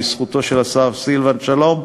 לזכותו של השר סילבן שלום.